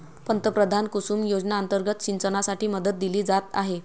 पंतप्रधान कुसुम योजना अंतर्गत सिंचनासाठी मदत दिली जात आहे